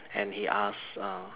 and he ask um